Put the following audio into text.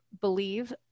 believe